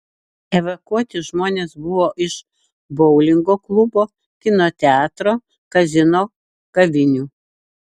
evakuoti žmonės buvo iš boulingo klubo kino teatro kazino kavinių